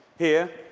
here